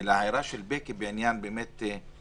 ולהערה של בקי בעניין הייצוג